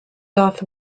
darth